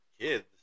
kids